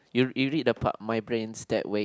you you read the part my brain's dead wait